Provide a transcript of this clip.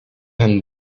hem